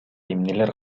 эмнелер